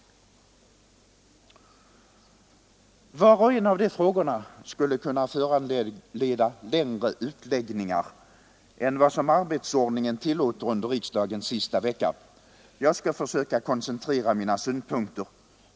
Var och en av de frågorna skulle kunna föranleda längre utläggningar än vad arbetsordningen tillåter under riksdagens sista vecka. Jag skall försöka koncentrera mina synpunkter.